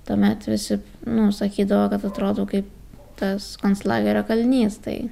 tuomet visi nu sakydavo kad atrodau kaip tas konclagerio kalinys tai